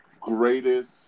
greatest